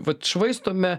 vat švaistome